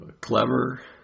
Clever